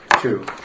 Two